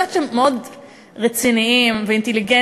ואני יודעת שאתם מאוד רציניים ואינטליגנטיים,